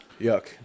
Yuck